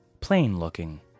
plain-looking